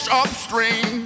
upstream